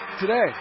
Today